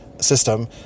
system